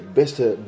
beste